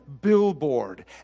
billboard